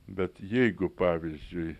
bet jeigu pavyzdžiui